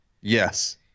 Yes